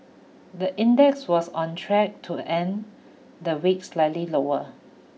the index was on track to end the week slightly lower